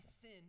sin